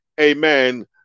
amen